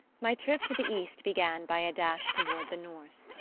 my trip to the east began by a dash toward the north.